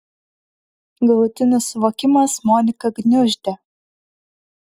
galutinis suvokimas moniką gniuždė